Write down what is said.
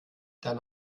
dann